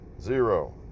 Zero